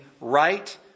right